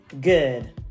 Good